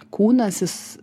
kūnas jis